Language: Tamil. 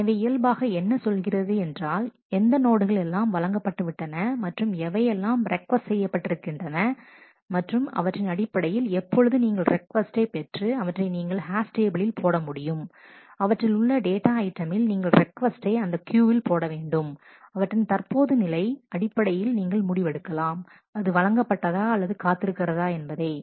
எனவே இயல்பாக என்ன சொல்கிறது என்றால் எந்த நோடுகள் எல்லாம் வழங்கப்பட்டு விட்டன மற்றும் எதையெல்லாம் ரெக்கொஸ்ட் செய்யப்பட்டிருக்கின்றன மற்றும் அவற்றின் அடிப்படையில் எப்பொழுது நீங்கள் ரெக்கொஸ்ட்டை பெற்று அவற்றை நீங்கள் ஹேஸ் டேபிளில் போடமுடியும் அவற்றில் உள்ள டேட்டா ஐட்டமில் நீங்கள் ரெக்கொஸ்ட்டை அந்த கியூவில் போடவேண்டும் அவற்றின் தற்போது நிலை அடிப்படையில் நீங்கள் முடிவெடுக்கலாம் அது வழங்கப்பட்டதா அல்லது காத்திருக்கிறதா என்பதை